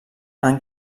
han